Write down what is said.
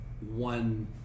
one